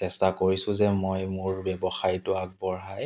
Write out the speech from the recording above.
চেষ্টা কৰিছোঁ যে মই মোৰ ব্যৱসায়টো আগবঢ়াই